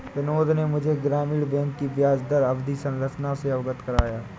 बिनोद ने मुझे ग्रामीण बैंक की ब्याजदर अवधि संरचना से अवगत कराया